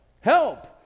Help